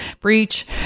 breach